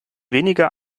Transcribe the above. weniger